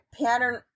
pattern